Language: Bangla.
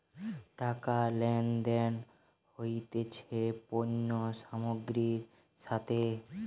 টাকা লেনদেন হতিছে পণ্য সামগ্রীর সাথে